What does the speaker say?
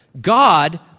God